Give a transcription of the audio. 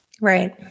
Right